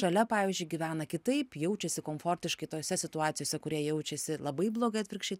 šalia pavyzdžiui gyvena kitaip jaučiasi komfortiškai tose situacijose kurie jaučiasi labai blogai atvirkščiai